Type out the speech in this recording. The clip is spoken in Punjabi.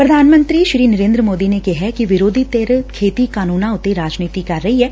ਪ੍ਰਧਾਨ ਮੰਤਰੀ ਨਰੇਂਦਰ ਮੋਦੀ ਨੇ ਕਿਹਾ ਕਿ ਵਿਰੋਧੀ ਧਿਰ ਖੇਤੀ ਕਾਨੂੰਨਾਂ ਉੱਤੇ ਰਾਜਨੀਤੀ ਕਰ ਰਹੀ ਏ